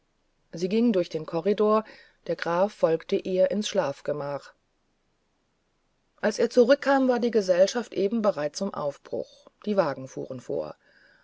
sie ging durch den korridor der graf folgte ihr ins schlafgemach als er zurückkam war die gesellschaft eben bereit zum aufbruch die wagen fuhren vor